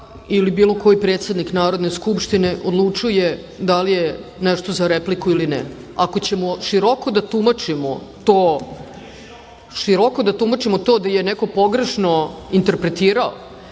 ili bilo koji predsednik Narodne skupštine odlučuje da li je nešto za repliku ili ne. Ako ćemo široko da tumačimo to da je neko pogrešno interpretirao,